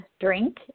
drink